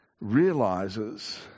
realizes